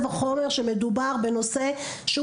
ועל אחת כמה וכמה שצריך לטפל בה בתחום הספורט,